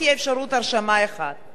לגבי החוק של עתניאל שנלר,